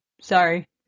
sorry